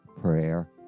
prayer